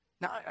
Now